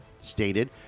stated